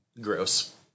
gross